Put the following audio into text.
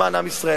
למען עם ישראל.